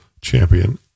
Champion